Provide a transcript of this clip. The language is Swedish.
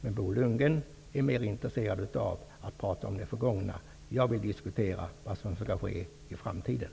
Men Bo Lundgren är mer intresserad av att prata om det förgångna. Jag vill diskutera vad som kan ske i framtiden.